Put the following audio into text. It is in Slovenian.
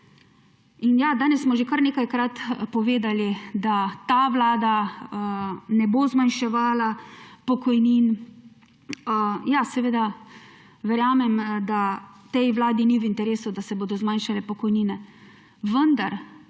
In ja, danes smo že kar nekajkrat povedali, da ta vlada ne bo zmanjševala pokojnin. Ja, seveda, verjamem, da tej vladi ni v interesu, da se bodo zmanjšale pokojnine, vendar